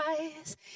eyes